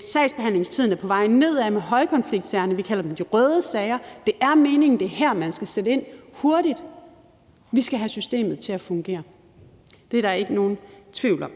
Sagsbehandlingstiden for højkonfliktsager, vi kalder dem for de røde sager, er på vej ned. Det er meningen, at det er her, man skal sætte ind hurtigt. Vi skal have systemet til at fungere. Det er der ikke nogen tvivl om.